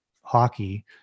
hockey